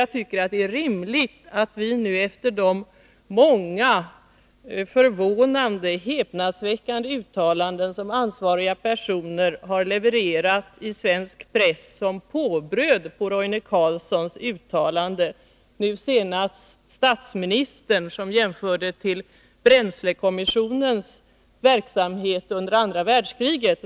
Ansvariga personer har i svensk press levererat många häpnadsväckande uttalanden som påbröd på Roine Carlssons uttalande — nu senast statsministern. Han gjorde en jämförelse med bränslekommissionens verksamhet under andra världskriget.